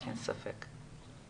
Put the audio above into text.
אין ספק.